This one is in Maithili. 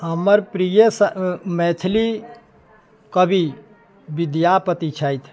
हमर प्रिय मैथिली कवि विद्यापति छथि